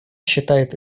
считает